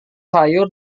sayur